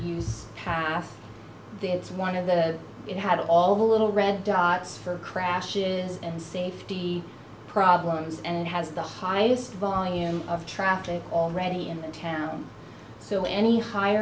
hughes pass it's one of the it had all the little red dots for crashes and safety problems and has the highest volume of traffic already in the town so any higher